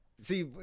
see